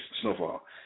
Snowfall